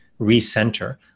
recenter